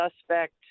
suspect